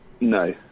No